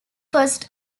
first